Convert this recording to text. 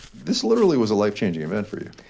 this literally was a life changing event for you,